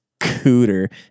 cooter